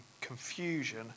confusion